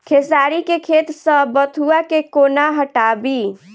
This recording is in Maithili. खेसारी केँ खेत सऽ बथुआ केँ कोना हटाबी